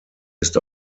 ist